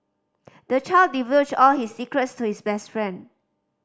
the child divulged all his secrets to his best friend